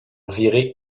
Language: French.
virer